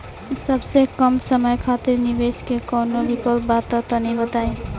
सबसे कम समय खातिर निवेश के कौनो विकल्प बा त तनि बताई?